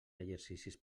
exercicis